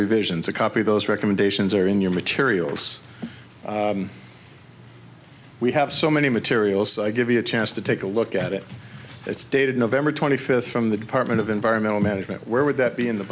revisions a copy of those recommendations are in your materials we have so many materials so i give you a chance to take a look at it it's dated november twenty fifth from the department of environmental management where would that be in the